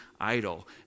idol